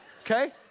okay